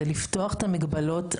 זה לפתוח את המגבלות,